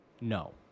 No